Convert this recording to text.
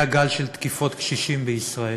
היה גל של תקיפות קשישים בישראל.